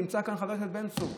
נמצא כאן חבר הכנסת בן צור.